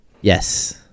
Yes